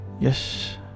Yes